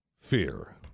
fear